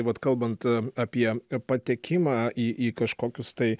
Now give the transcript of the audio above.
vat kalbant apie patekimą į į kažkokius tai